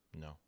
No